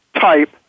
type